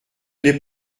n’est